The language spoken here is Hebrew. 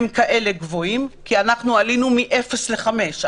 הם כאלה גבוהים כי עלינו מאפס לחמש,